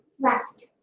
left